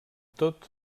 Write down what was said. tot